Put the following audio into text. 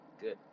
good